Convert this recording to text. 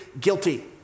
guilty